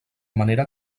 manera